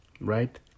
right